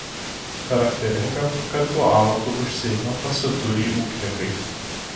charakteringa kad tuo amatu užsiima pasiturį ūkininkai